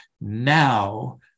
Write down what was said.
now